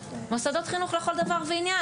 מוסדות חינוך לכל דבר ועניין,